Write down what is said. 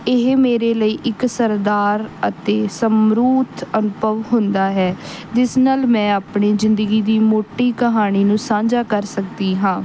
ਇਹ ਮੇਰੇ ਲਈ ਇੱਕ ਸਰਦਾਰ ਅਤੇ ਸਮਰੂਤ ਅਨੁਭਵ ਹੁੰਦਾ ਹੈ ਜਿਸ ਨਾਲ ਮੈਂ ਆਪਣੀ ਜ਼ਿੰਦਗੀ ਦੀ ਮੋਟੀ ਕਹਾਣੀ ਨੂੰ ਸਾਂਝਾ ਕਰ ਸਕਦੀ ਹਾਂ